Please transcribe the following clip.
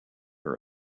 her